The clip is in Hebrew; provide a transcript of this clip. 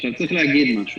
עכשיו, צריך להגיד משהו